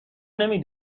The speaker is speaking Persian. نمی